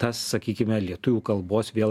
tas sakykime lietuvių kalbos vėl